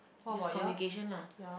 just communication lah